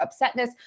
upsetness